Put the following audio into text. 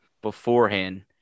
beforehand